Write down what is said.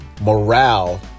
morale